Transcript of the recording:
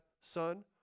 son